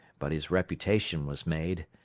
but his reputation was made,